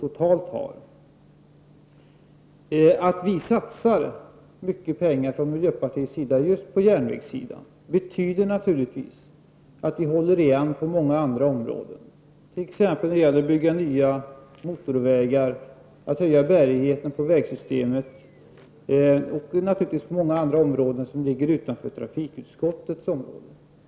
Att vi från miljöpartiet satsar mycket pengar just på järnvägen betyder naturligtvis att vi håller igen på många andra områden, t.ex. när det gäller att bygga nya motorvägar, att öka bärigheten på vägsystemet och mycket annat som ligger utanför trafikutskottets område.